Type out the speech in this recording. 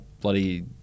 bloody –